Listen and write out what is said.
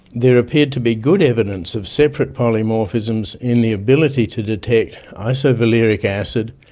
there appeared to be good evidence of separate polymorphisms in the ability to detect isovaleric acid,